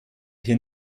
hier